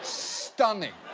stunning.